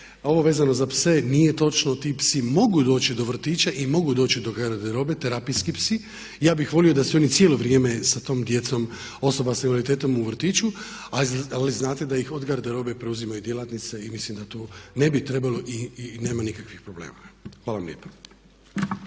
Ovo vezano za pse nije točno, ti psi mogu doći do vrtića i mogu doći do garderobe, terapijski psi. Ja bih volio da su oni cijelo vrijeme sa tom djecom osoba sa invaliditetom u vrtiću, ali znate da ih od garderobe preuzimaju djelatnice i mislim da tu ne bi trebalo i nema nikakvih problema. Hvala vam lijepa.